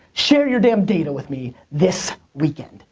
share your damn data with me this weekend.